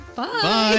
bye